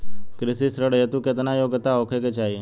कृषि ऋण हेतू केतना योग्यता होखे के चाहीं?